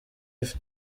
ivi